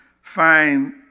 find